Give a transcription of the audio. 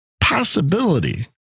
possibility